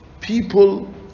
People